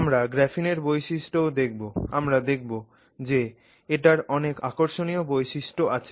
আমরা গ্রাফিনের বৈশিষ্ট্য ও দেখবো আমরা দেখবো যে এটার অনেক আকর্ষণীয় বৈশিষ্ট্য আছে